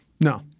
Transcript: no